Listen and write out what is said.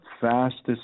fastest